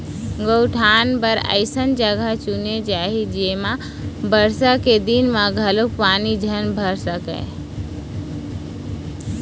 गउठान बर अइसन जघा चुने जाही जेमा बरसा के दिन म घलोक पानी झन भर सकय